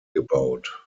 gebaut